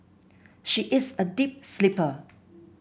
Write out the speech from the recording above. she is a deep sleeper